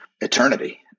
eternity